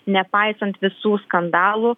nepaisant visų skandalų